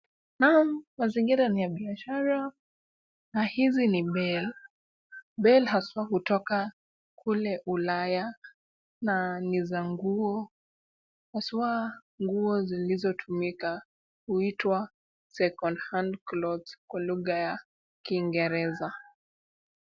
Naam! Mazingira ni ya biashara na hizi ni bale . Bale haswa hutoka kule Ulaya na ni za nguo haswa nguo zilizotumika huitwa second hand clothes kwa lugha ya Kiingereza.